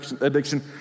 addiction